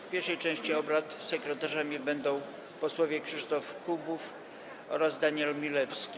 W pierwszej części obrad sekretarzami będą posłowie Krzysztof Kubów oraz Daniel Milewski.